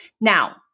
Now